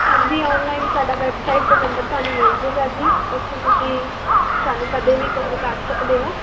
ਹਾਂਜੀ ਆਨਲਾਈਨ ਸਾਡਾ ਵੈਬਸਾਈਟ 'ਤੇ ਨੰਬਰ ਤੁਹਾਨੂੰ ਮਿਲ ਜਾਵੇਗਾ ਜੀ ਉੱਥੋਂ ਤੁਸੀਂ ਸਾਨੂੰ ਕਦੇ ਵੀ ਕਾਲ ਕਰ ਸਕਦੇ ਹੋ